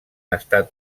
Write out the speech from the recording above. estat